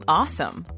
awesome